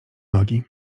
nogi